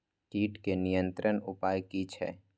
कीटके नियंत्रण उपाय कि छै?